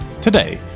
Today